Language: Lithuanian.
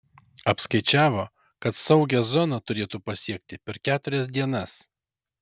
apskaičiavo kad saugią zoną turėtų pasiekti per keturias dienas